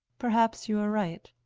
perhaps you are right.